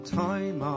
time